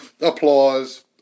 Applause